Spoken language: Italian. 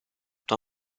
tua